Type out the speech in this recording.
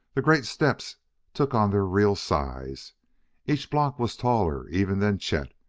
the great steps took on their real size each block was taller even than chet,